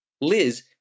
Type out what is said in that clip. Liz